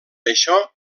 això